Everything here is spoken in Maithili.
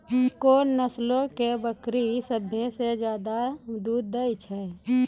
कोन नस्लो के बकरी सभ्भे से बेसी दूध दै छै?